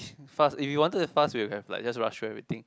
fast if you wanted it fast we will have like just rush through everything